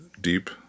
deep